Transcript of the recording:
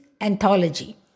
Anthology